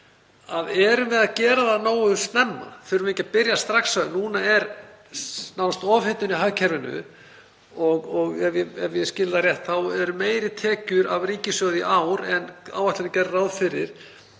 Erum við að gera það nógu snemma? Þurfum við ekki að byrja strax? Núna er nánast ofhitnun í hagkerfinu og ef ég skil það rétt þá eru meiri tekjur af ríkissjóði í ár en áætlanir gerðu ráð fyrir.